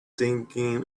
thinking